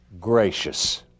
gracious